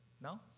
No